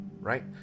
right